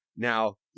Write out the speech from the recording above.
Now